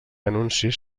anuncis